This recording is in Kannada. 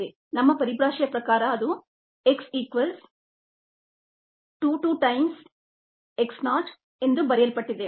ನಮ್ಮ ಪರಿಭಾಷೆಯ ಪ್ರಕಾರ ಅದು x equals to two times x not ಎಂದು ಬರೆಯಲ್ಪಟ್ಟಿದೆ